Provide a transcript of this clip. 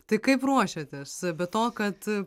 tai kaip ruošiatės be to kad